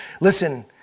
Listen